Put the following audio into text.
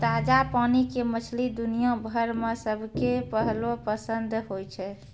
ताजा पानी के मछली दुनिया भर मॅ सबके पहलो पसंद होय छै